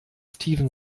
steven